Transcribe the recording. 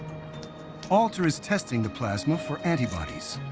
alter is testing the plasma for antibodies